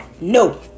no